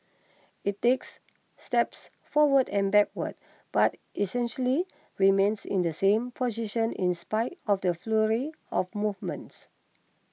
it takes steps forward and backward but essentially remains in the same position in spite of the flurry of movements